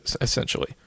essentially